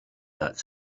that